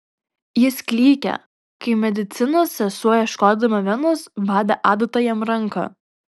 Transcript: jis klykė kai medicinos sesuo ieškodama venos badė adata jam ranką